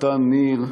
החתן ניר,